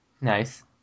Nice